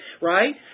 right